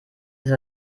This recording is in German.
dass